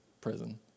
prison